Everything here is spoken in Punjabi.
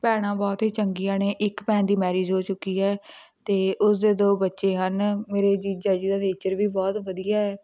ਭੈਣਾਂ ਬਹੁਤ ਹੀ ਚੰਗੀਆਂ ਨੇ ਇੱਕ ਭੈਣ ਦੀ ਮੈਰਿਜ ਹੋ ਚੁੱਕੀ ਹੈ ਅਤੇ ਉਸ ਦੇ ਦੋ ਬੱਚੇ ਹਨ ਮੇਰੇ ਜੀਜਾ ਜੀ ਦਾ ਨੇਚਰ ਵੀ ਬਹੁਤ ਵਧੀਆ ਹੈ